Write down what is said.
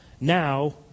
now